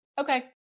okay